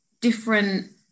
different